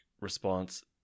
response